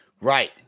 right